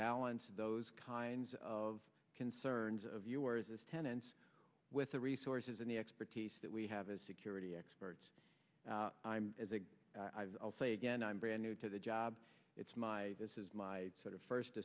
balance those kinds of concerns of us as tenants with the resources and the expertise that we have as security experts i'm i'll say again i'm brand new to the job it's my this is my first